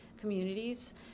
communities